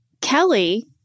Kelly